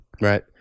Right